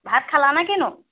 ভাত খালানে কিনো